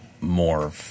more